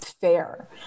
fair